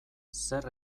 zer